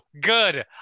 good